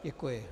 Děkuji.